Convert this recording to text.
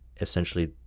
essentially